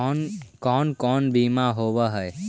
कोन कोन बिमा होवय है?